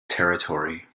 territory